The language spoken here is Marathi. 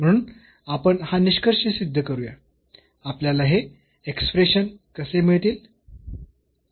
म्हणून आपण हा निष्कर्ष सिद्ध करूया आपल्याला हे एक्सप्रेशन्स कसे मिळतील